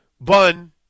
bun